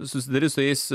susiduri su jais